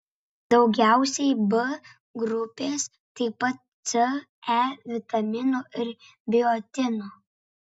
daugiausiai b grupės taip pat c e vitaminų ir biotino